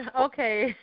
okay